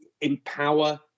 empower